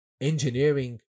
engineering